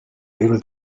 able